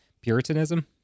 Puritanism